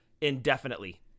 indefinitely